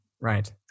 Right